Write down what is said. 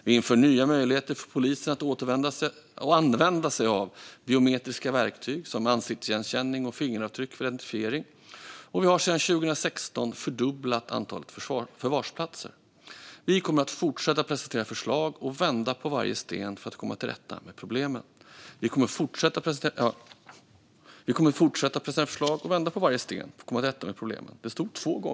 Vi inför nya möjligheter för polisen att använda sig av biometriska verktyg som ansiktsigenkänning och fingeravtryck för identifiering, och vi har sedan 2016 fördubblat antalet förvarsplatser. Vi kommer att fortsätta att presentera förslag och vända på varje sten för att komma till rätta med problemen.